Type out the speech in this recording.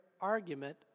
argument